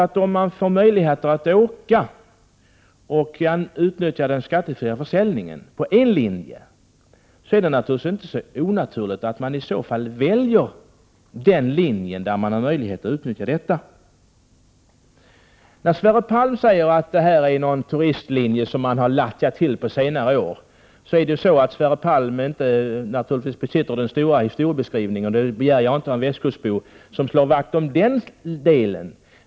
1988/89:105 åka och samtidigt utnyttja den skattefria försäljningen på en linje, är det är inte onaturligt att de väljer den linjen som har den möjligheten. Sverre Palm säger att det här är en turistlinje som man har ordnat till under senare år. Han besitter naturligtvis inte de riktiga historiska kunskaperna i det här fallet, och det begär jag inte av en västkustbo. Han slår vakt om sin del av landet.